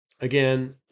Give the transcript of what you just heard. again